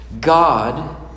God